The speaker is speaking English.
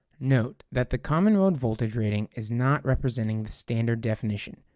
note that the common-mode voltage rating is not representing the standard definition,